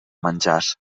menjars